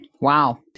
Wow